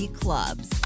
clubs